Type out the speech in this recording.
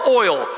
oil